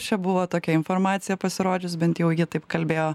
čia buvo tokia informacija pasirodžius bent jau ji taip kalbėjo